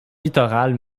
littoral